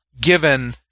given